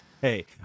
Hey